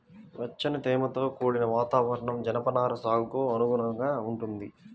వెచ్చని, తేమతో కూడిన వాతావరణం జనపనార సాగుకు అనువుగా ఉంటదంట